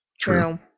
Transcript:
true